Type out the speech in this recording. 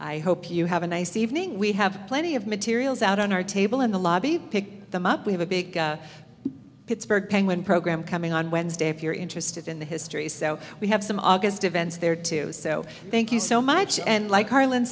i hope you have a nice evening we have plenty of materials out on our table in the lobby pick them up we have a big pittsburgh penguin program coming on wednesday if you're interested in the history so we have some august events there too so thank you so much and like carlin